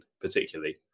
particularly